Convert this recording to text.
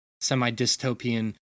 semi-dystopian